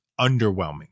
underwhelming